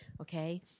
okay